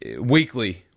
weekly